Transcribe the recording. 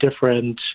different